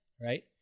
right